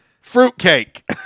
Fruitcake